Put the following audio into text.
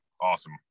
Awesome